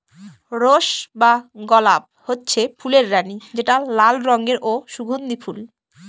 rose বা গলাপ হচ্ছে ফুলের রানী যেটা লাল রঙের ও সুগন্ধি ফুল